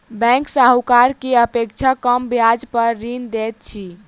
bank साहूकार के अपेक्षा कम ब्याज पर ऋण दैत अछि